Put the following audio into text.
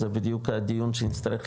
זה בדיוק הדיון שנצטרך להשלים,